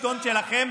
משפט לסיום.